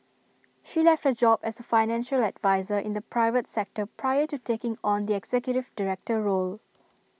she left her job as A financial adviser in the private sector prior to taking on the executive director role